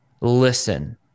listen